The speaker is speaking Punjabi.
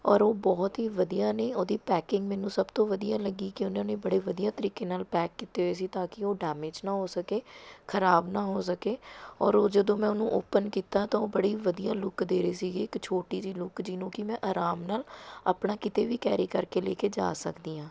ਔਰ ਉਹ ਬਹੁਤ ਹੀ ਵਧੀਆ ਨੇ ਉਹਦੀ ਪੈਕਿੰਗ ਮੈਨੂੰ ਸਭ ਤੋਂ ਵਧੀਆ ਲੱਗੀ ਕਿ ਉਨ੍ਹਾਂ ਨੇ ਬੜੇ ਵਧੀਆ ਤਰੀਕੇ ਨਾਲ ਪੈਕ ਕੀਤੇ ਹੋਏ ਸੀ ਤਾਂ ਕਿ ਉਹ ਡੈਮੇਜ ਨਾ ਹੋ ਸਕੇ ਖਰਾਬ ਨਾ ਹੋ ਸਕੇ ਔਰ ਉਹ ਜਦੋਂ ਮੈਂ ਉਹਨੂੰ ਓਪਨ ਕੀਤਾ ਤਾਂ ਉਹ ਬੜੀ ਵਧੀਆ ਲੁੱਕ ਦੇ ਰਹੇ ਸੀਗੇ ਇੱਕ ਛੋਟੀ ਜਿਹੀ ਲੁੱਕ ਜਿਹਨੂੰ ਕਿ ਮੈਂ ਆਰਾਮ ਨਾਲ ਆਪਣਾ ਕਿਤੇ ਵੀ ਕੈਰੀ ਕਰਕੇ ਲੈ ਕੇ ਜਾ ਸਕਦੀ ਹਾਂ